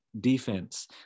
defense